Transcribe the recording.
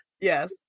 Yes